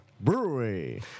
brewery